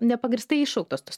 nepagrįstai iššauktos tos